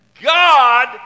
God